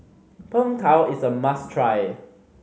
Png Tao is a must try